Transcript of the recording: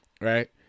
Right